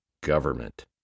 government